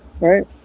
Right